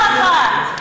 פעם אחת.